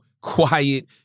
quiet